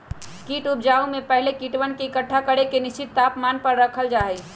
कीट उपजाऊ में पहले कीटवन के एकट्ठा करके निश्चित तापमान पर रखल जा हई